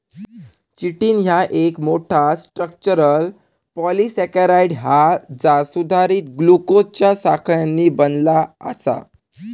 chitin ह्या एक मोठा, स्ट्रक्चरल पॉलिसेकेराइड हा जा सुधारित ग्लुकोजच्या साखळ्यांनी बनला आसा